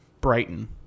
Brighton